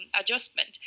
adjustment